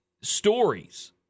stories